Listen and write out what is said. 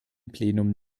plenum